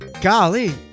golly